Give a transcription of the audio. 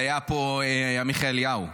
היה פה עמיחי אליהו,